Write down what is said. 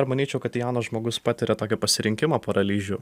manyčiau kad jaunas žmogus patiria tokį pasirinkimo paralyžių